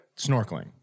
snorkeling